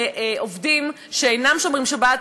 לעובדים שאינם שומרים שבת,